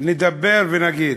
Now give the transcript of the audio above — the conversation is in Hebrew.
נדבר ונגיד,